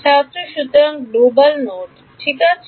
ছাত্র সুতরাং global node ঠিক আছে